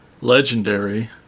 Legendary